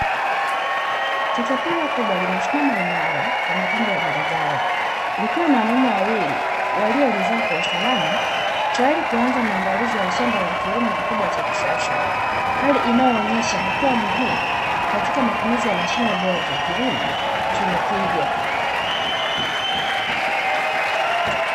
Katapila kubwa limesimama imara kandokando ya barabara, likiwa na wanaume wawili waliolivaa kwa usalama tayari kwa kuanza maandalizi ya kilimo kikubwa cha kisasa, hali inayoonyesha hatua muhimu katika matumizi ya mashine bora za kilimo chenye tija.